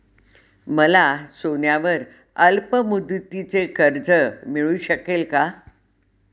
मला सोन्यावर अल्पमुदतीचे कर्ज मिळू शकेल का?